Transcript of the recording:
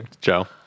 Joe